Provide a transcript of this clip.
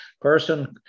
person